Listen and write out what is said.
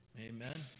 Amen